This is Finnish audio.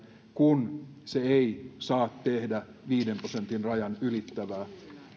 kun se ei saa tehdä viiden prosentin rajan ylittävää